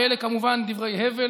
ואלה כמובן דברי הבל